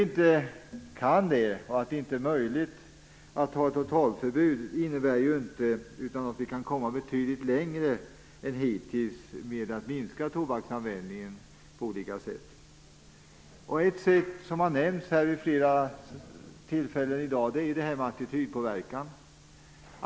Att det inte är möjligt att ha ett totalförbud innebär inte att vi inte kan komma betydligt längre än hittills med att på olika sätt minska tobaksanvändningen. Ett sätt som har nämnts vid flera tillfällen i dag är attitydpåverkan.